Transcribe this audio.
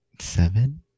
seven